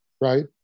right